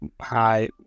Hi